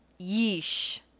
yeesh